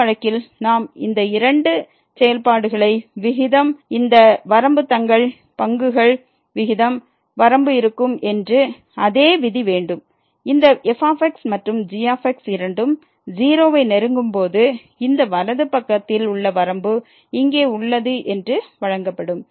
இந்த வழக்கில் நாம் இந்த இரண்டு செயல்பாடுகளை விகிதம் இந்த வரம்பு தங்கள் பங்குகள் விகிதம் வரம்பு இருக்கும் என்று அதே விதி வேண்டும் இந்த f மற்றும் g இரண்டும் 0 வை நெருங்கும் போது இந்த வலது பக்கத்தில் உள்ள வரம்பு இங்கே உள்ளது என்று வழங்கப்படும்